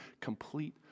complete